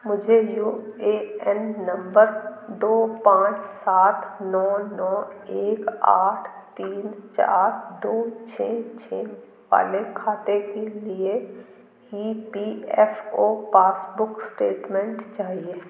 मुझे U A N नम्बर दो पाँच सात नौ नौ एक आठ तीन चार दो छः छः वाले खाते के लिए E P F O passbook statement चाहिए